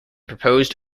proposed